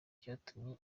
cyatumye